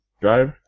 drive